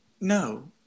no